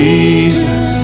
Jesus